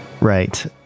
Right